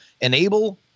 Enable